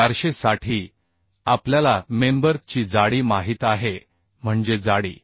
ISMB 400 साठी आपल्याला member ची जाडी माहित आहे म्हणजे जाडी